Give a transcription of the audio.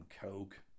coke